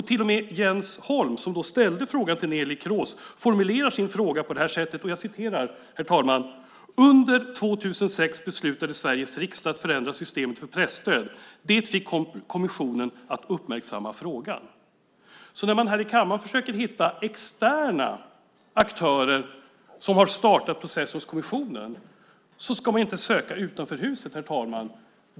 Till och med Jens Holm, som ställde frågan till Neelie Kroes, formulerar frågan på det här sättet: "Under 2006 beslutade Sveriges riksdag att förändra systemet för presstöd. Det fick kommissionen att uppmärksamma frågan." När man i kammaren försöker hitta externa aktörer som har startat processen hos kommissionen ska man inte söka utanför huset, herr talman.